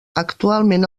actualment